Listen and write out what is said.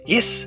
Yes